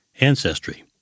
ancestry